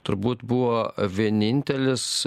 turbūt buvo vienintelis